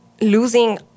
Losing